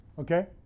Okay